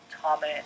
Tommy